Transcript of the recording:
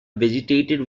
vegetated